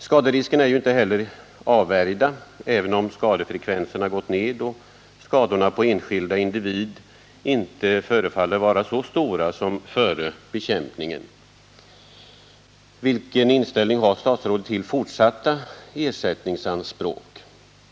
Skaderiskerna är inte heller avvärjda, även om skadefrekvensen gått ned och skadorna på enskild individ inte förefaller vara så stora som före bekämpningen. Vilken inställning har statsrådet till fortsatta ersättningsanspråk?